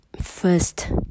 first